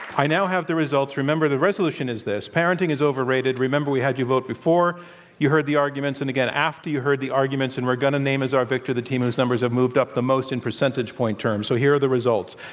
now have the results. remember, the resolution is this, parenting is overrated. remember, we had you vote before you heard the arguments and again after you heard the arguments, and we're going to name as our victor the team whose numbers have moved up the most in percentage point terms. so, here are the results.